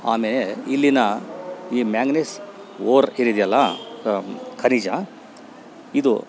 ಆಮೇ ಇಲ್ಲಿನ ಈ ಮ್ಯಾಂಗ್ನಿಸ್ ಓರ್ ಏನು ಇದೆಯಲ್ಲ ಖನಿಜ ಇದು